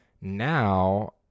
Now